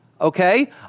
okay